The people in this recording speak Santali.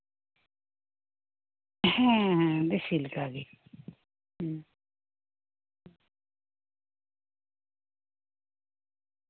ᱦᱮᱸ ᱦᱮᱸ ᱦᱮᱸ ᱫᱮᱥᱤ ᱞᱮᱠᱟ ᱜᱮ ᱦᱩᱸ